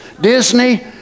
Disney